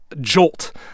jolt